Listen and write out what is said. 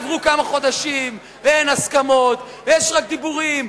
עברו כמה חודשים ואין הסכמות ויש רק דיבורים,